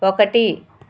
ఒకటి